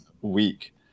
week